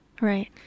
right